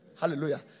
Hallelujah